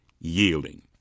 yielding